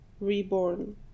reborn